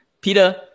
Peter